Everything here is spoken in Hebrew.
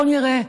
בואו נראה: